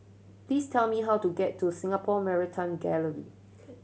please tell me how to get to Singapore Maritime Gallery